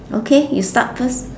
okay you start first